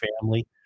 family